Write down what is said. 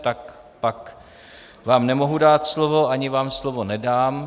Tak potom vám nemohu dát slovo a ani vám slovo nedám.